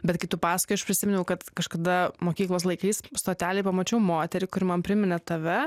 bet kai tu pasakojai aš prisiminiau kad kažkada mokyklos laikais stotelėj pamačiau moterį kuri man priminė tave